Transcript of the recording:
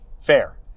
fair